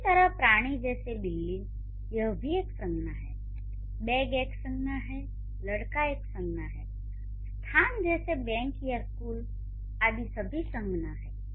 इसी तरह प्राणी जैसे बिल्ली यह भी एक संज्ञा है बैग एक संज्ञा है लड़का एक संज्ञा है स्थान जैसे बैंक या स्कूल आदि सभी संज्ञा हैं